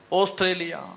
Australia